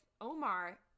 Omar